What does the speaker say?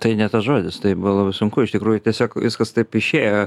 tai ne tas žodis tai buvo labai sunku iš tikrųjų tiesiog viskas taip išėjo